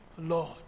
Lord